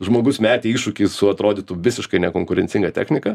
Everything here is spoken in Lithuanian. žmogus metė iššūkį su atrodytų visiškai nekonkurencinga technika